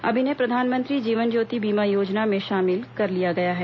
अब इन्हें प्रधानमंत्री जीवन ज्योति बीमा योजना में शामिल कर लिया गया है